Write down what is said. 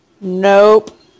nope